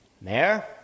Mayor